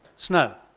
snow.